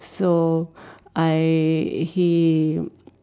so I he